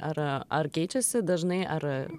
ar ar keičiasi dažnai ar